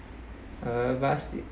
uh vastly